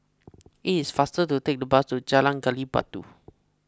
it is faster to take the bus to Jalan Gali Batu